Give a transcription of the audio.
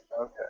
Okay